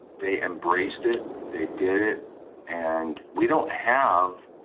they embraced it, they did it and we don't have